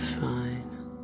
fine